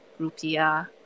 rupiah